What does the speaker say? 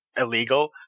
illegal